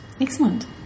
Excellent